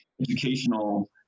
educational